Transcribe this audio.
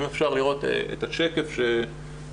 אם אפשר לראות את השקף ששלחנו,